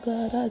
God